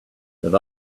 that